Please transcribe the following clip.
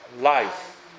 life